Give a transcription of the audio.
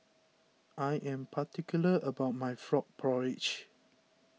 I am particular about my Frog Porridge